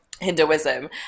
Hinduism